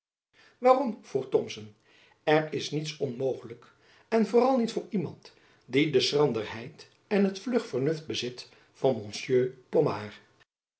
vroeg thomson er is niets onmogejacob van lennep elizabeth musch lijk en vooral niet voor iemand die de schranderheid en het vlug vernuft bezit van monsieur pomard